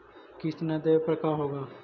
किस्त न देबे पर का होगा?